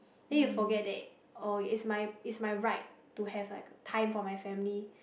then you forget that oh it's my it's my right to have like time for my family